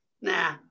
nah